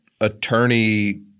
attorney